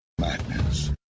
Madness